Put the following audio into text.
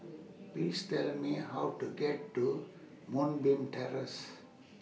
Please Tell Me How to get to Moonbeam Terrace